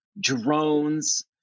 drones